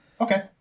Okay